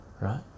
right